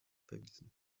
verwiesen